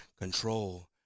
control